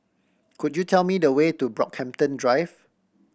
could you tell me the way to Brockhampton Drive